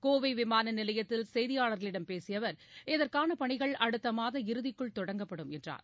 கோவை விமான நிலையத்தில் செய்தியாளர்களிடம் பேசிய அவர் இதற்கான பணிகள் அடுத்த மாத இறுதிக்குள் தொடங்கப்படும் என்றார்